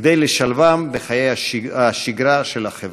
כדי לשלבו בחיי השגרה של החברה.